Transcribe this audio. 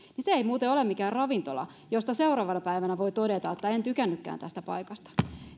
se ei muuten ole mikään ravintola josta seuraavana päivänä voi todeta että en tykännytkään tästä paikasta